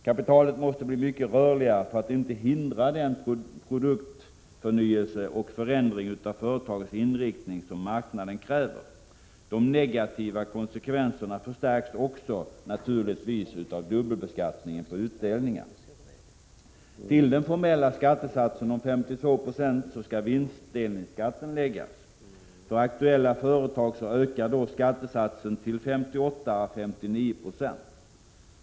Kapitalet måste bli mycket rörligare för att inte hindra den produktförnyelse och förändring utav företagets inriktning som marknaden kräver. De negativa konsekvenserna förstärks också utav dubbelbeskattningen på utdelningar. Till den formella skattesatsen om 52 Yo skall vinstdelningsskatten läggas. För aktuella företag ökar då skattesatsen till 58 ä 59 96.